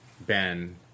Ben